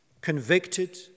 convicted